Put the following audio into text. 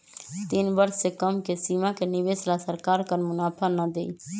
तीन वर्ष से कम के सीमा के निवेश ला सरकार कर मुनाफा ना देई